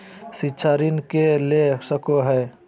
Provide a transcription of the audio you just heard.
शिक्षा ऋण के ले सको है?